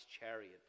chariot